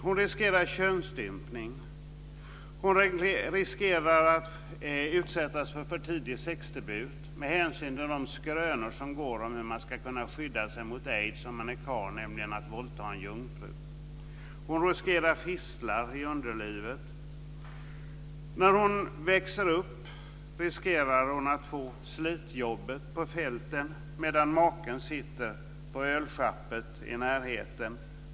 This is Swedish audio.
Hon riskerar könsstympning. Hon riskerar att utsättas för för tidig sexdebut med hänsyn till de skrönor som går om hur man ska kunna skydda sig mot aids om man är karl, nämligen att våldta en jungfru. Hon riskerar fistlar i underlivet. När hon växer upp riskerar hon att få slitjobbet på fälten, medan maken sitter på ölsjappet i närheten.